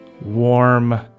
warm